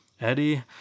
Eddie